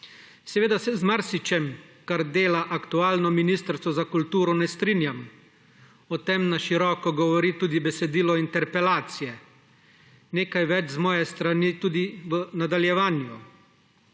Seveda se z marsičim, kar dela aktualno Ministrstvo za kulturo, ne strinjam, o tem na široko govori tudi besedilo interpelacije. Nekaj več z moje strani tudi v nadaljevanju.